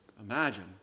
Imagine